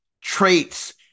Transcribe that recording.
traits